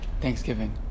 Thanksgiving